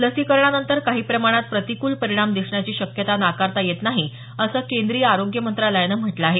लसीकरणानंतर काही प्रमाणात प्रतिकूल परिणाम दिसण्याची शक्यता नाकारता येत नाही असं केंद्रीय आरोग्य मंत्रालयानं म्हटलं आहे